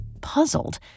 puzzled